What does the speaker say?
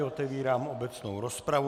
Otevírám obecnou rozpravu.